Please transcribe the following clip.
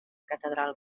catedral